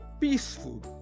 Peaceful